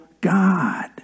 God